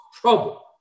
trouble